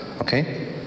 Okay